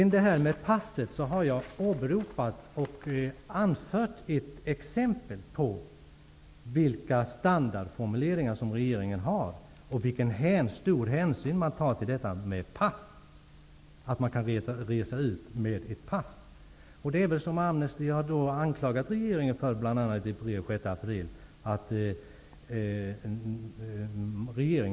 När det gäller detta med pass, har jag åberopat och anfört ett exempel på vilka standardformuleringar som regeringen har och vilken stor hänsyn man tar till detta att man kan resa ut med ett pass. Det är väl så att regeringen saknar grundläggande kunskaper om det s.k. rättssystemet i Peru.